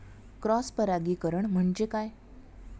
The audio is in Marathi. क्रॉस परागीकरण म्हणजे काय?